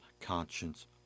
conscience